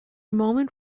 moment